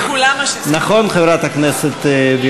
נכון, חברת הכנסת?